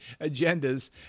agendas